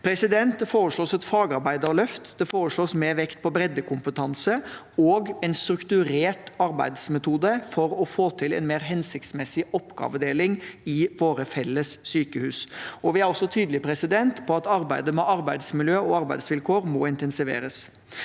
det foreslås mer vekt på breddekompetanse og en strukturert arbeidsmetode for å få til en mer hensiktsmessig oppgavedeling i våre felles sykehus. Vi er også tydelige på at arbeidet med arbeidsmiljø og arbeidsvilkår må intensiveres.